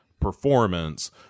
performance